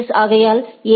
S ஆகையால் எ